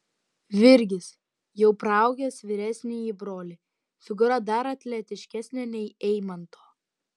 virgis jau praaugęs vyresnįjį brolį figūra dar atletiškesnė nei eimanto